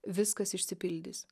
viskas išsipildys